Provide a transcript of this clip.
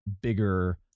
bigger